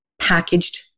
packaged